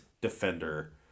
defender